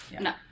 No